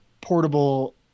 portable